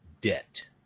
debt